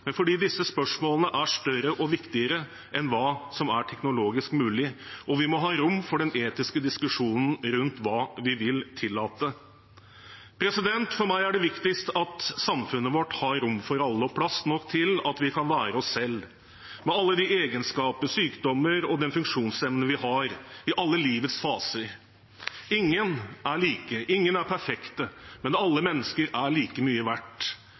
men fordi disse spørsmålene er større og viktigere enn hva som er teknologisk mulig, og vi må ha rom for den etiske diskusjonen rundt hva vi vil tillate. For meg er det viktigst at samfunnet vårt har rom for alle og plass nok til at vi kan være oss selv, med alle de egenskaper, sykdommer og den funksjonsevnen vi har, i alle livets faser. Ingen er like. Ingen er perfekte, men alle mennesker er like mye verdt.